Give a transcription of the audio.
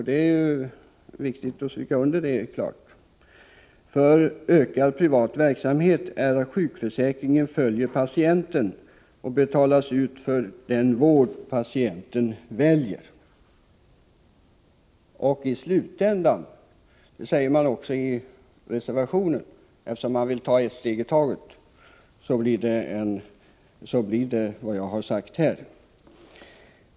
Det är viktigt att understryka detta: ”En förutsättning för ökad privat verksamhet är att sjukförsäkringen följer patienten och betalas ut för den vård patienten väljer.” I reservationen säger man sig vilja ta ett steg i taget, men i slutändan blir det som jag har sagt.